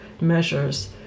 measures